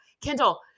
Kendall